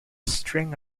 string